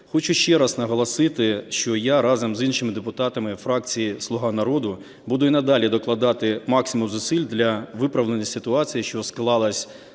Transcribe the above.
Хочу ще раз наголосити, що я разом з іншими депутатами фракції "Слуга народу" буду і надалі докладати максимум зусиль для виправлення ситуації, що склалася